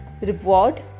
reward